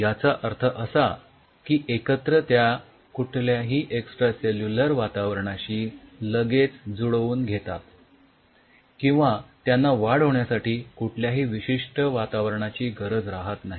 याचा अर्थ असा की एकत्र त्या कुठल्याही एक्सट्रासेल्युलर वातावरणाशी लगेच जुडवून घेतात किंवा त्यांना वाढ होण्यासाठी कुठल्याही विशिष्ठ वातावरणाची गरज राहत नाही